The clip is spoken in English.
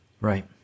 Right